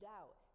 out